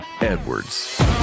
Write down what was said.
Edwards